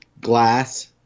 Glass